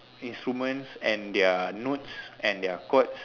instruments and their notes and their chords